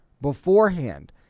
beforehand